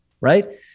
right